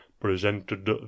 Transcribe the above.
presented